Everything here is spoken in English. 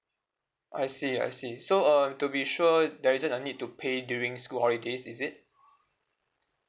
I see I see so um to be sure there isn't a need to pay during school holidays is it